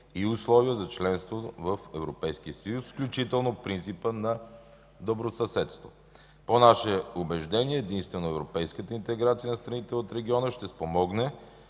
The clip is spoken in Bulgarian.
и условия за членство в Европейския съюз, включително принципа на добросъседство. По наше убеждение единствено европейската интеграция на страните от региона ще спомогне